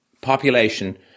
population